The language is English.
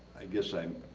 i guess i'm,